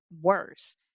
worse